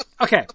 Okay